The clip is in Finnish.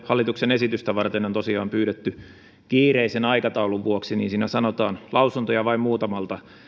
hallituksen esitystä varten on tosiaan pyydetty kiireisen aikataulun vuoksi niin siinä sanotaan lausuntoja vain muutamalta